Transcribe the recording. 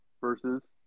versus